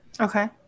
Okay